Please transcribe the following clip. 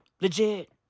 Legit